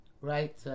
Right